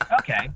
Okay